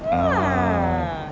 ah